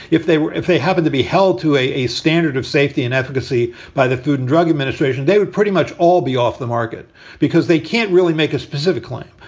if they if they happen to be held to a standard of safety and efficacy by the food and drug administration, they would pretty much all be off the market because they can't really make a specific claim.